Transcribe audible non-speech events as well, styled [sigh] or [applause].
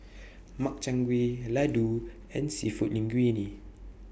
[noise] Makchang Gui Ladoo and Seafood Linguine